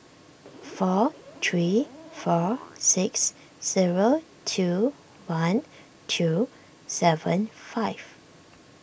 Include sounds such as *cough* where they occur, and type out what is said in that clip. *noise* four three four six zero two one two seven five